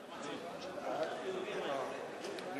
מי